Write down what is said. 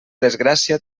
desgràcia